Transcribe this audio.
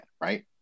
right